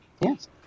yes